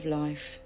life